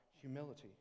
humility